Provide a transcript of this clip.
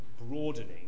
broadening